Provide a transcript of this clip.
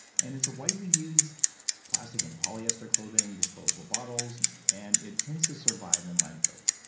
and it's a widely used plastic in polyester clothing, disposable bottles and it tends to survive in landfills.